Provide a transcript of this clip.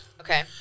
Okay